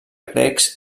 grecs